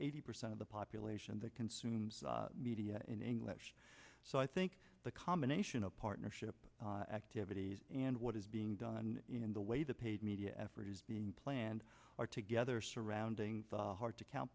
eighty percent of the population that consumes media in english so i think the combination of partnership activities and what is being done in the way the paid media effort is being planned are together surrounding the hard to count